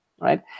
right